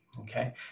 Okay